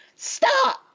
Stop